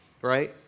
right